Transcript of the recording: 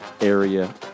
Area